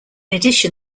addition